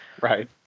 Right